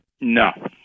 no